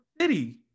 City